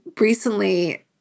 recently